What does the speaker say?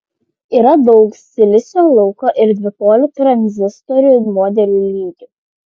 yra daug silicio lauko ir dvipolių tranzistorių modelių lygių